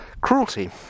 cruelty